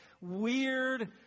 weird